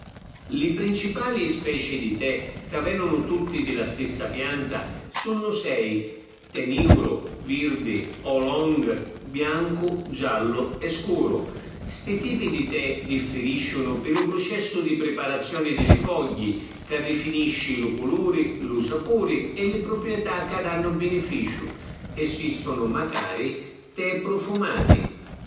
Li principali speci di tè, ca venunu tutti di la stissa pianta, sunnu sei: tè niuru, virdi, oolong, biancu, giallu e scuru. Sti tipi di tè diffirisciunu pi lu prucessu di priparazioni di li fogghi ca difinisci lu culuri, lu sapuri e li pruprietà ca dannu binificiu. Esistunu macari tè prufumati.